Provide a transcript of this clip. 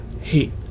hate